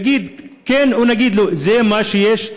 נגיד כן או נגיד לא, זה מה שיש.